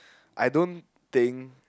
I don't think